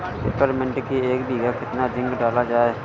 Peppermint की एक बीघा कितना जिंक डाला जाए?